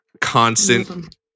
constant